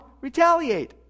retaliate